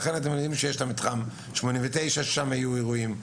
לכן אתם יודעים שיש את מתחם 89 שיהיו בו אירועים,